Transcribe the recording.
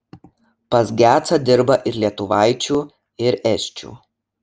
pas gecą dirba ir lietuvaičių ir esčių